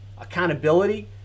accountability